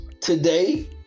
today